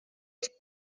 els